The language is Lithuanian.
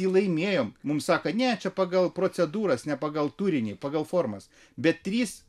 jį laimėjome mums sako ne čia pagal procedūras ne pagal turinį pagal formas bet trys